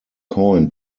coin